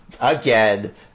again